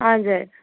हजुर